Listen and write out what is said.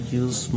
use